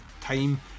time